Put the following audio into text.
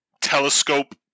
telescope